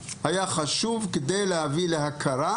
כדי להביא להכרה